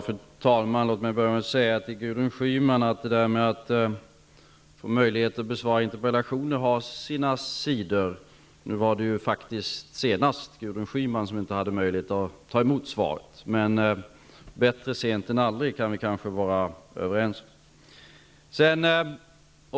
Fru talman! Låt mig börja med att säga till Gudrun Schyman att det där med att få möjlighet att besvara interpellationer har sina sidor. Senast var det ju faktiskt Gudrun Schyman som inte hade möjlighet att ta emot svaret. Men bättre sent än aldrig, kan vi kanske vara överens om.